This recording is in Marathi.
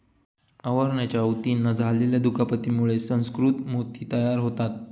आवरणाच्या ऊतींना झालेल्या दुखापतीमुळे सुसंस्कृत मोती तयार होतात